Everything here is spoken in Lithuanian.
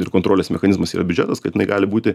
ir kontrolės mechanizmas yra biudžetas kad inai gali būti